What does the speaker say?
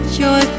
joy